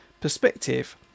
perspective